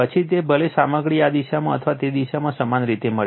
પછી ભલેને સામગ્રીમાં આ દિશા અથવા તે દિશા સમાન રીતે મળે